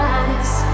eyes